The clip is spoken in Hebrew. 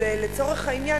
לצורך העניין,